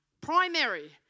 primary